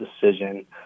decision